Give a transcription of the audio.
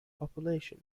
population